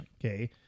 Okay